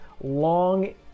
long